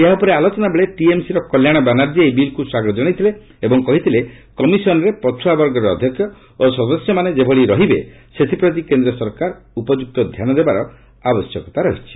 ଏହା ଉପରେ ଆଲୋଚନା ବେଳେ ଟିଏମ୍ସି ର କଲ୍ୟାଣ ବାନାର୍କୀ ଏହି ବିଲ୍କୁ ସ୍ୱାଗତ ଜଣାଇଥିଲେ ଏବଂ କହିଥିଲେ କମିଶନ୍ରେ ପଛୁଆବର୍ଗର ଅଧ୍ୟକ୍ଷ ଓ ସଦସ୍ୟମାନେ ଯେଭଳି ରହିବେ ସେଥିପ୍ରତି କେନ୍ଦ୍ର ସରକାର ଉପଯୁକ୍ତ ଧ୍ୟାନ ଦେବାର ଆବଶ୍ୟକତା ରହିଛି